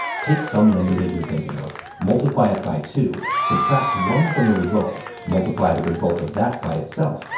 take some number that you're thinking of, multiply it by two, subtract one from the result, multiply the result of that by itself,